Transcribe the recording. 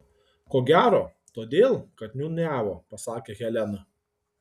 ko gero todėl kad niūniavo pasakė helena